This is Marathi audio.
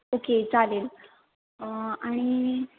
ओके चालेल आणि